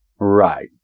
Right